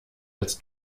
als